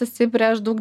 esi prieš daug